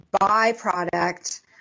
byproduct